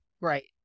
Right